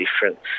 difference